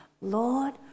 Lord